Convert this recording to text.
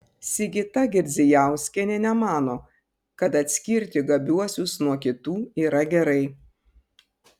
sigita girdzijauskienė nemano kad atskirti gabiuosius nuo kitų yra gerai